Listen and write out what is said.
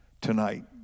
tonight